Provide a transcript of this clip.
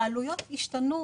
העלויות השתנו.